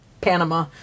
Panama